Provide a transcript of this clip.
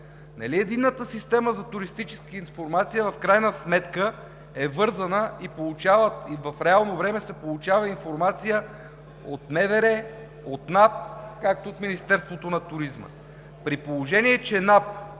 Единната система за туристическа информация в крайна сметка е вързана и в реално време се получава информация от МВР, от НАП, както и от Министерството на туризма?! При положение че НАП,